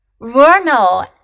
Vernal